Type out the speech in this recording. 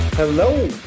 Hello